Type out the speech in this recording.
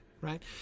Right